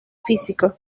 físico